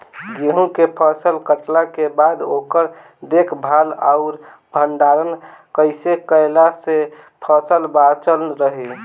गेंहू के फसल कटला के बाद ओकर देखभाल आउर भंडारण कइसे कैला से फसल बाचल रही?